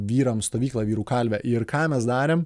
vyram stovyklą vyrų kalvę ir ką mes darėm